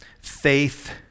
faith